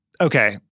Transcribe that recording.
okay